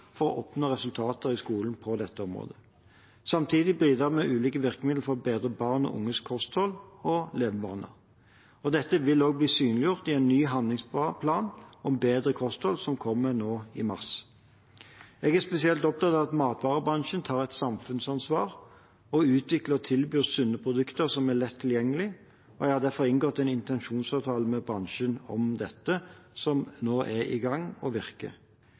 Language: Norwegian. for å oppnå resultater i skolen på dette området. Samtidig bidrar vi med ulike virkemidler for å bedre barn og unges kosthold og levevaner. Dette vil også bli synliggjort i en ny handlingsplan for bedre kosthold som kommer nå i mars. Jeg er spesielt opptatt av at matvarebransjen tar et samfunnsansvar og utvikler og tilbyr sunne produkter som er lett tilgjengelige. Jeg har derfor inngått en intensjonsavtale med bransjen om dette, som nå er i gang og virker.